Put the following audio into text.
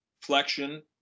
flexion